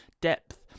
depth